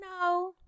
No